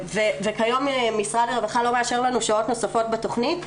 וכיום משרד הרווחה לא מאשר לנו שעות נוספות בתוכנית.